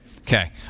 okay